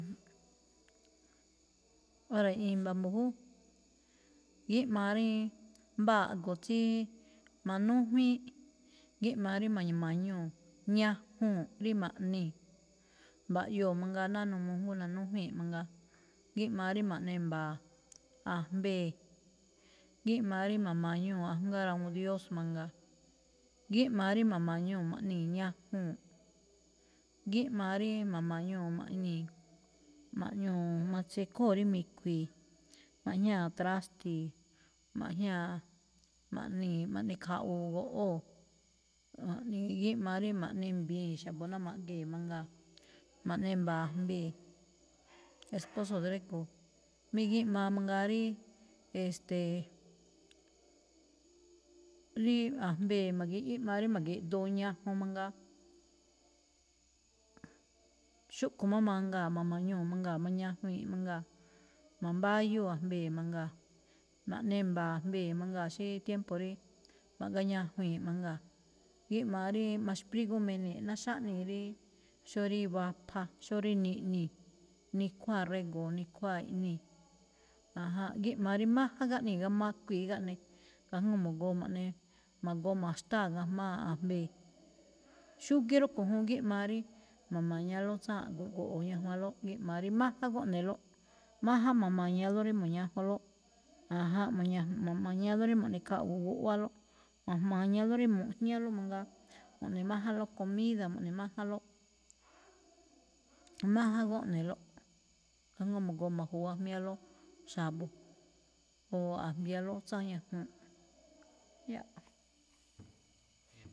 Óra̱, i̱mba̱ mbu̱jú, gíꞌmaa ríí, mbáa a̱ꞌgo̱ tsíí manújwíínꞌ, gímaa rí ma̱ya̱ma̱ñuu̱ ñajuu̱n rí ma̱ꞌnii̱. Mba̱ꞌyoo̱ mangaa náá n uu jngóo nanújwíi̱nꞌ mangaa. Gíꞌmaa rí ma̱ꞌnemba̱a̱ a̱jmbee̱. Gíꞌmaa rí ma̱ma̱ñuu̱ ajngáa rawuun dios mangaa. Gíꞌmaa rí ma̱ma̱ñuu̱ ma̱ꞌnii̱ ñajuu̱nꞌ. Gíꞌmaa rí ma̱ma̱ñuu̱ ma̱ꞌnii̱-ma̱ꞌñuu̱-matsekhóo̱ rí mi̱khui̱i̱, majñáa̱ trástii̱, majñáa̱-ma̱ꞌnii̱-ma̱ꞌnekhaꞌwuu̱ goꞌwóo̱, ja̱ꞌnii. Gíꞌmaa rí ma̱ꞌnembii̱n xa̱bo̱ ná ma̱ꞌgee̱ mangaa. Ma̱ꞌnemba̱a̱ a̱jmbee̱, esposo drégo̱o̱. Mí gíꞌmaa mangaa ríí, e̱ste̱e̱, rí a̱jmbee̱ magiꞌí, gíꞌmaa rí ma̱gi̱ꞌdoo ñajun mangaa. xúꞌkho̱ má mangaa̱ ma̱ma̱ñuu̱ mangaa̱ mañajwii̱nꞌ mangaa̱, ma̱mbáyúu̱ a̱jmbee̱ mangaa. Naꞌnemba̱a̱ a̱jmbee̱ mangaa̱ xí tiempo rí ma̱gáñajwii̱n mangaa̱. Gíꞌmáá rí maxprígúmine̱e̱ꞌ, náxáꞌnii̱ ríí xóo rí vapha, xóo rí niꞌnii̱, nekhuáa rego̱o̱ nikhuáa iꞌnii̱, ajánꞌ. Gíꞌmaa rí máján gáꞌnii̱, gamakuii̱ gáꞌne kajngó ma̱goo ma̱ꞌne, ma̱goo ma̱xtáa̱ ga̱jmáa̱ a̱jmbee̱. Xúgíí rúꞌkho̱ juun gíꞌmaa rí ma̱ma̱ñaló tsáanꞌ go̱ꞌo̱ ñajwanló, gímaa rí máján góꞌne̱lóꞌ, máján ma̱ma̱ñaló rí mu̱ñajunlóꞌ, ajánꞌ. Ma̱ñajun- ma̱mañaló rí mo̱ꞌnekhaꞌwu̱u guꞌwálóꞌ, ma̱ma̱ñaló rí mu̱jñáló mangaa, mo̱ꞌne̱májánlóꞌ comida, mo̱ꞌnemájánlóꞌ, máján góꞌne̱lóꞌ, kajngó ma̱goo ma̱juwa jmiáló xa̱bo̱, o a̱jmbialó, tsáa ñajuu̱n.